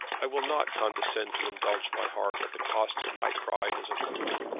i will not condescend to indulge my heart at the cost of my pride as a woman.